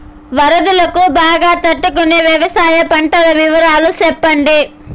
వరదలకు బాగా తట్టు కొనే వ్యవసాయ పంటల వివరాలు చెప్పండి?